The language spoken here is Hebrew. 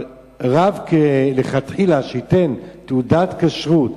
אבל רב, לכתחילה, שייתן תעודת כשרות,